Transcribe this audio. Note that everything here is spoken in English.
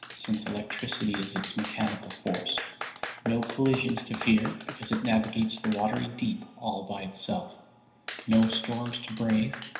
since electricity is its mechanical force no collisions to fear, because it navigates the watery deep all by itself no storms to brave,